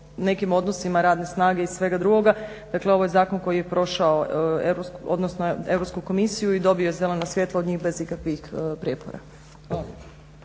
nekim odnosima radne snage i svega drugoga, dakle ovo je zakon koji je prošao Europsku komisiju i dobio zeleno svjetlo od njih bez ikakvih prijepora.